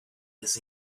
this